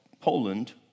Poland